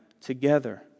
together